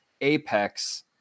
Apex